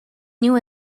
new